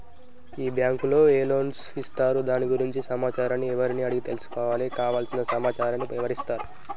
ఈ బ్యాంకులో ఏ లోన్స్ ఇస్తారు దాని గురించి సమాచారాన్ని ఎవరిని అడిగి తెలుసుకోవాలి? కావలసిన సమాచారాన్ని ఎవరిస్తారు?